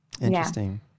Interesting